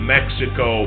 Mexico